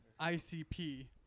ICP